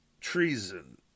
Treason